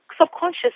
subconscious